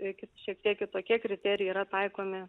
ir šiek tiek kitokie kriterijai yra taikomi